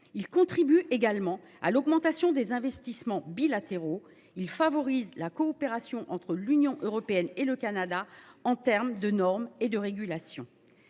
Il contribue également à l’augmentation des investissements bilatéraux. Il favorise la coopération entre l’Union européenne et le Canada en matière de normes et de régulations.